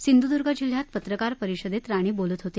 सिंधुद्ग जिल्ह्यात पत्रकार परिषदेत राणे बोलत होते